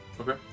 Okay